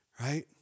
Right